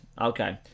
Okay